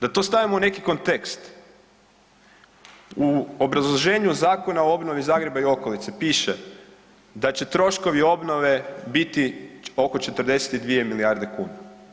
Da to stavimo u neki kontekst, u obrazloženju Zakona o obnovi Zagreba i okolice piše da će troškovi obnove biti oko 42 milijarde kuna.